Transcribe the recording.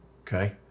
Okay